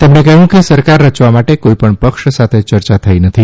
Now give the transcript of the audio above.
તેમણે કહ્યું કે સરકાર રચના માટે કોઇપણ પક્ષ સાથે ચર્ચા થઇ નથી